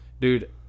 Dude